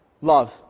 Love